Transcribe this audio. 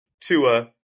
Tua